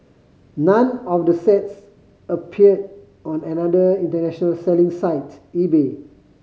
none of the sets appeared on another international selling site eBay